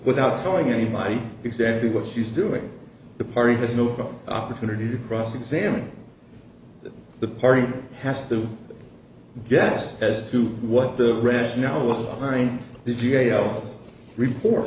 without telling anybody exactly what she's doing the party has no opportunity to cross examine the party has to guess as to what the rationale behind the g a o report